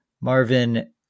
Marvin